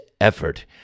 effort